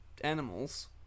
animals